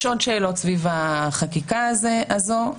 יש עוד שאלות סביב החקיקה הזו.